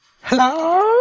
Hello